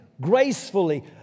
gracefully